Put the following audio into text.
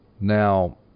Now